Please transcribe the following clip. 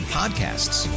podcasts